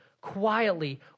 quietly